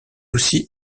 aussi